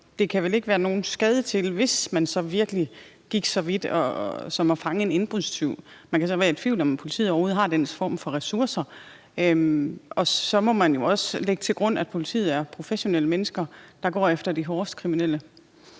det kan vel ikke være nogen skade til, hvis man så virkelig gik så vidt som til at fange en indbrudstyv. Man kan så være i tvivl om, om politiet overhovedet har den form for ressourcer. Og så må man jo også lægge til grund, at politiet er professionelle mennesker, der går efter de hårdeste kriminelle.